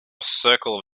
circle